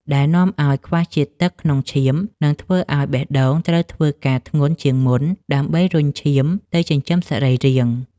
ដែលនាំឱ្យខ្វះជាតិទឹកក្នុងឈាម និងធ្វើឱ្យបេះដូងត្រូវធ្វើការធ្ងន់ជាងមុនដើម្បីរុញឈាមទៅចិញ្ចឹមសរីរាង្គ។